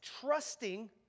trusting